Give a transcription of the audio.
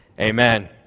amen